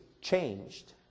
changed